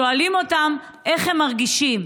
שואלים אותו אותם איך הם מרגישים,